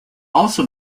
also